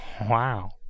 Wow